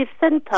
centre